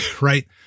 Right